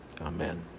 amen